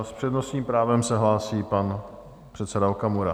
S přednostním právem se hlásí pan předseda Okamura.